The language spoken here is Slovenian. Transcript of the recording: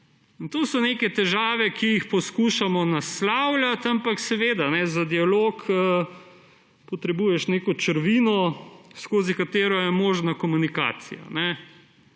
To so neke težave, ki jih poskušamo naslavljati, ampak seveda, za dialog potrebuješ neko črvino, skozi katero je možna komunikacija.